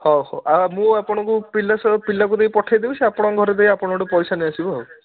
ହଉ ହଉ ମୁଁ ଆପଣଙ୍କୁ ପିଲା ସହ ପିଲାଙ୍କୁ ନେଇ ପଠାଇ ଦେବି ସେ ଆପଣଙ୍କ ଘରେ ଦେଇ ଆପଣଙ୍କ ଠୁ ପଇସା ନେଇ ଆସିବ ଆଉ